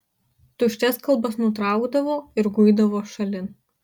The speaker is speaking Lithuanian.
tuščias kalbas nutraukdavo ir guidavo šalin